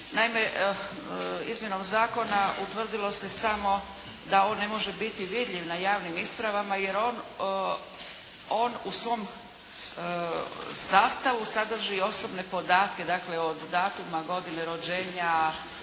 Naime, izmjenom zakona utvrdilo se samo da on ne može biti vidljiv na javnim ispravama jer on u svom sastavu sadrži osobne podatke, dakle, o datuma, godine rođenja,